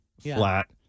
flat